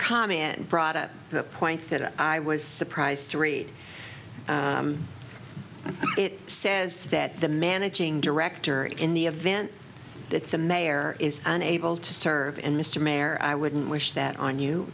comment in brought up the point that i was surprised to read it says that the managing director in the event that the mayor is unable to serve and mr mayor i wouldn't wish that on you